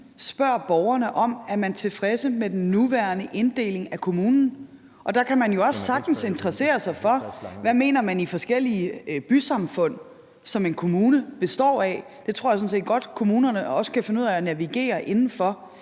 spørger borgerne, om man er tilfredse med den nuværende inddeling af kommunen. Og der kan man jo også sagtens interessere sig for, hvad man mener i de forskellige bysamfund, som en kommune består af. Det tror jeg sådan set godt kommunerne kan finde ud af at navigere inden for.